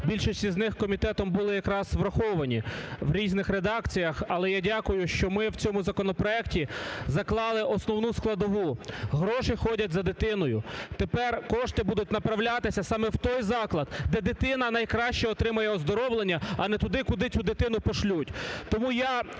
більшість з них комітетом були якраз враховані в різних редакціях, але я дякую, що ми в цьому законопроекті заклали основну складову: гроші ходять за дитиною. Тепер кошти будуть направлятися саме в той заклад, де дитина найкраще отримає оздоровлення, а не туди, куди цю дитину пошлють.